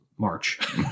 March